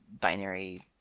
binary